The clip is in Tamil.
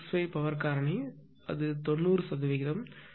65 பவர் காரணி 90 சதவீதம் 92 சதவீதம் எனவே 0